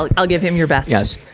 like i'll give him your best. yes.